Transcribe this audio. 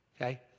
okay